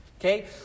Okay